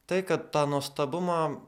tai kad tą nuostabumą